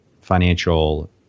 financial